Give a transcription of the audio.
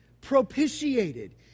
propitiated